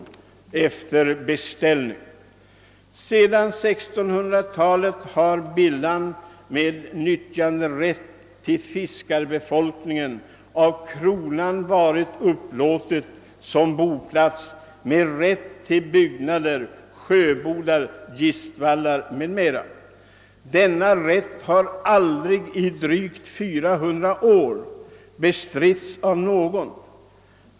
Sedan 1600-talet har Bilhamn, med nyttjanderätt till fiskarbefolkningen av kronan varit upplåtet som boplats, med rätt till byggnader, sjöbodar, gistvallar etc. Denna rätt har aldrig under drygt fyra hundra år bestritts av någon.